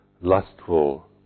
lustful